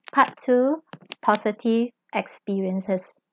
part two positive experiences